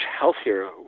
healthier